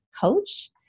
coach